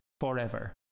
forever